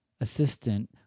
assistant